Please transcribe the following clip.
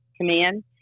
command